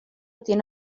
tiene